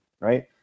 Right